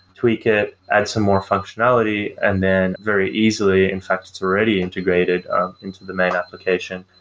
tweak it, add some more functionality and then very easily, in fact it's already integrated into the main application.